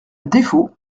défaut